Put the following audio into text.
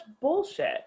bullshit